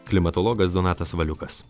klimatologas donatas valiukas